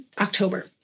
October